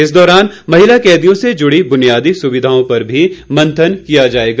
इस दौरान महिला कैदियों से जुड़ी बुनियादी सुविधाओं पर भी मंथन किया जाएगा